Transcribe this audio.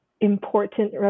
important